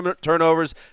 turnovers